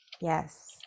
Yes